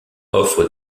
offre